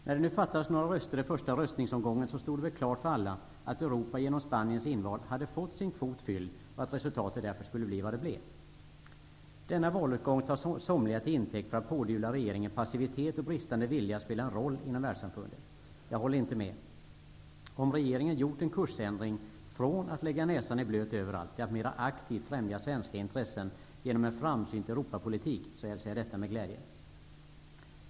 När det nu fattades några röster i första röstningsomgången stod det väl klart för alla att Europa genom Spaniens inval hade fått sin kvot fylld och att resultatet därför skulle bli vad det blev. Denna valutgång tar somliga till intäkt för att pådyvla regeringen passivitet och bristande vilja att spela en roll inom världssamfundet. Jag håller inte med. Om regeringen gjort en kursändring från att lägga näsan i blöt överallt till att mera aktivt främja svenska intressen genom en framsynt Europapolitik, så hälsar jag detta med glädje.